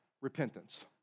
Repentance